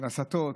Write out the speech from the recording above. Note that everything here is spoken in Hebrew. על הסתות.